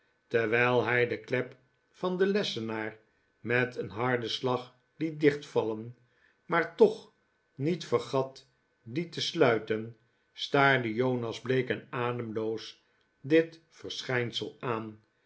terwijl hij de klep van den lessenaar met een harden slag liet dichtvallen maar toch niet vergat dien te sluiten staarde jonas bleek en ademloos dit verschijnsel aan